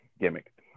gimmick